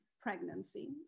pregnancy